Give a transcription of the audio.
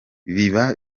biba